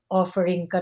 offering